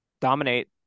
Dominate